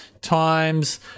times